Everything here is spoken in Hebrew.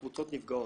הקבוצות נפגעות.